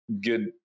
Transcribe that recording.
good